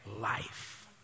life